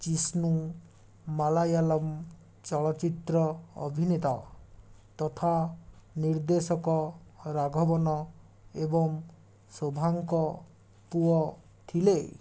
ଜିଷ୍ଣୁ ମାଲୟାଲମ ଚଳଚ୍ଚିତ୍ର ଅଭିନେତା ତଥା ନିର୍ଦ୍ଦେଶକ ରାଘବନ ଏବଂ ଶୋଭାଙ୍କ ପୁଅ ଥିଲେ